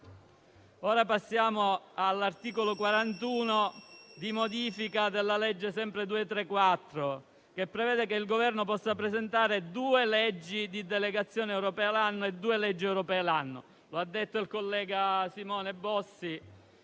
Passo ora all'articolo 41, che modifica la citata legge n. 234, che prevede che il Governo possa presentare due leggi di delegazione europea e due leggi europee l'anno. Lo ha detto il collega Simone Bossi,